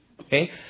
Okay